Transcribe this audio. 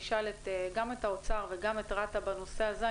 נשאל את האוצר וגם את רת"א בנושא הזה.